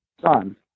son